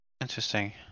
interesting